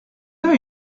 avez